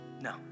no